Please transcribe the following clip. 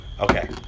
Okay